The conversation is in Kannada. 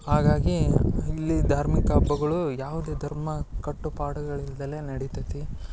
ಹಾಗಾಗಿ ಇಲ್ಲಿ ಧಾರ್ಮಿಕ ಹಬ್ಬಗಳು ಯಾವುದೇ ಧಾರ್ಮ ಕಟ್ಟುಪಾಡುಗಳಿಲ್ದೆ ನಡಿತೈತಿ